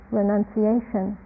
renunciation